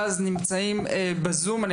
שנמצאים איתנו בזום, אורנה פז.